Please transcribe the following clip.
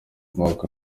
umwaka